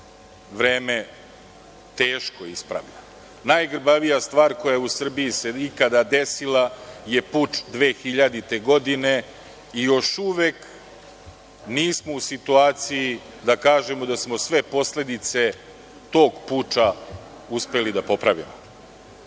vreme teško ispravlja. Najgrbavija stvar koja u Srbiji se ikada desila je puč 2000. godine i još uvek nismo u situaciji da kažemo da smo sve posledice tog puča uspeli da popravimo. Zato